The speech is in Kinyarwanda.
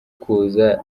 kuza